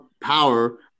power